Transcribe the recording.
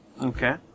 Okay